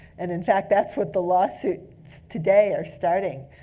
and in fact, that's what the lawsuits today are starting.